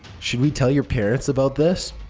should we tell your parents about this?